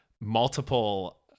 multiple